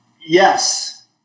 yes